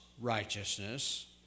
righteousness